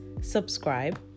subscribe